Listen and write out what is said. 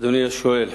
אדוני השואל,